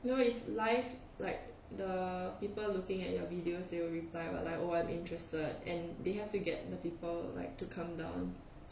no is live like the people looking at your videos they will reply what like oh I'm interested and they have to get the people like to come down